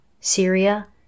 Syria